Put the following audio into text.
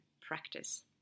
practice